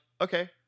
Okay